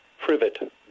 privet